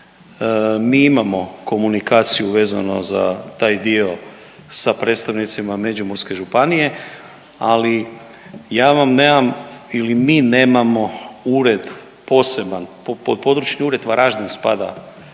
mi imamo komunikaciju vezano za taj dio sa predstavnicima Međimurske županije, ali ja vam nemam ili mi nemamo ured poseban, pod Područni ured Varaždin spada